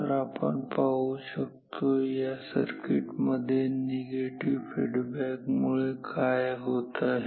तर आपण पाहू शकतो या या सर्किटमध्ये निगेटिव्ह फीडबॅक मुळे काय होत आहे